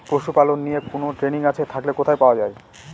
পশুপালন নিয়ে কোন ট্রেনিং আছে থাকলে কোথায় পাওয়া য়ায়?